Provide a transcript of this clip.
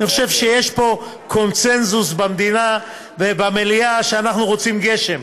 אני חושב שיש פה קונסנזוס במדינה ובמליאה שאנחנו רוצים גשם,